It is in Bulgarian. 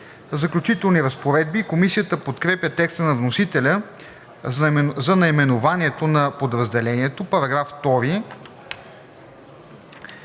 „Заключителни разпоредби“. Комисията подкрепя текста на вносителя за наименованието на подразделението. По § 2